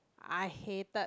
I hated